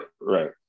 Right